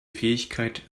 fähigkeit